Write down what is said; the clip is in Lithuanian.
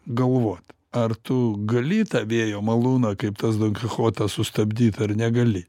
galvot ar tu gali tą vėjo malūną kaip tas donkichotas sustabdyt ar negali